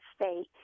state